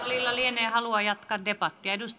salilla lienee halua jatkaa debattia